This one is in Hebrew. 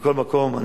מכל מקום,